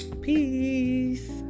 Peace